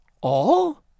All